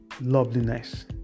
loveliness